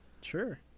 Sure